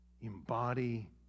embody